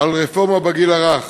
על רפורמה בחינוך לגיל הרך,